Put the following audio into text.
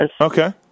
okay